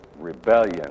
rebellion